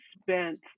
spent